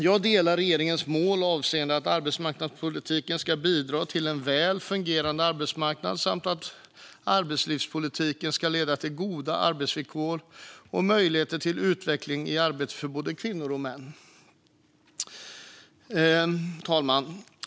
Jag delar regeringens mål avseende att arbetsmarknadspolitiken ska bidra till en väl fungerande arbetsmarknad samt att arbetslivspolitiken ska leda till goda arbetsvillkor och möjligheter till utveckling i arbetet för både kvinnor och män.